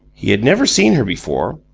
he had never seen her before,